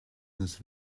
this